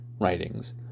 writings